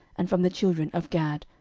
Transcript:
and from the children of gad,